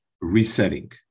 resetting